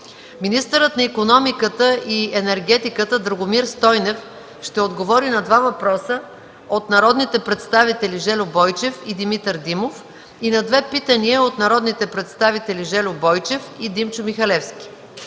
Министърът на икономиката и енергетиката Драгомир Стойнев ще отговори на два въпроса от народните представители Жельо Бойчев и Димитър Димов и на две питания от народните представители Жельо Бойчев и Димчо Михалевски.